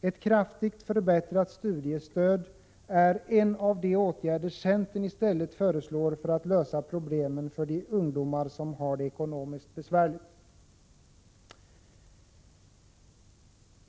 Ett kraftigt förbättrat studiestöd är en av de åtgärder centern i stället föreslår för att lösa problemen för de ungdomar som har det ekonomiskt besvärligt.